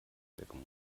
melken